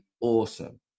awesome